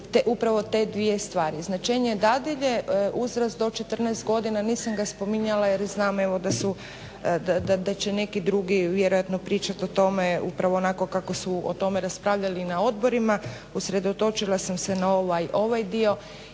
upravo te dvije stvari. Značenje dadilje uzrast do 14 godina nisam ga spominjala jer znam da će neki drugi vjerojatno pričat o tome upravo onako kako su o tome raspravljali na odborima. Usredotočila sam se na ovaj dio